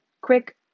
quick